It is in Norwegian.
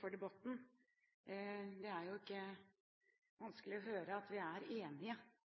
for debatten. Det er ikke vanskelig å høre at vi er enige.